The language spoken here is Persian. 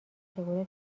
چگونه